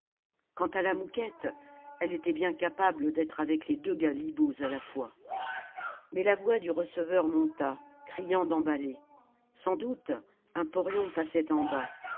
quant à la mouquette elle était bien capable d'être avec les deux galibots à la fois mais la voix du receveur monta criant d'emballer sans doute un porion passait en bas